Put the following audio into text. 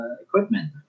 equipment